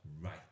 right